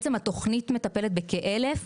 בעצם התוכנית מטפלת בכ-1,000.